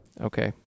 Okay